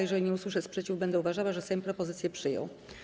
Jeżeli nie usłyszę sprzeciwu, będę uważała, że Sejm propozycję przyjął.